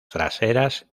traseras